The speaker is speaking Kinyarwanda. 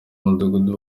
mudugudu